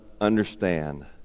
understand